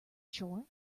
shore